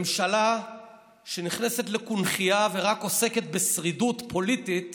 ממשלה שנכנסת לקונכייה ורק עוסקת בשרידות פוליטית